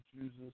Jesus